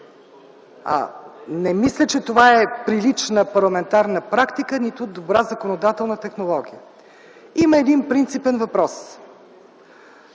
Не мисля, че това е прилична парламентарна практика, нито добра законодателна технология. Има един принципен въпрос.